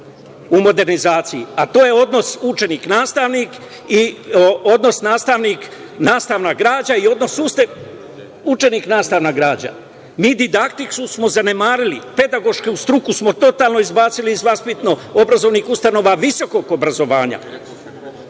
u modernizaciji, a to je odnos učenik-nastavnik i odnos nastavnik-nastavna građa i odnos učenik-nastavna građa. Mi smo didaktiku zanemarili, pedagošku struku smo totalno izbacili iz vaspitno-obrazovnih ustanova visokog obrazovanja.